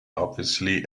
obviously